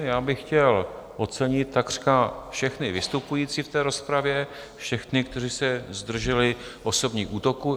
Já bych chtěl ocenit takřka všechny vystupující v té rozpravě, všechny, kteří se zdrželi osobních útoků.